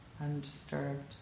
undisturbed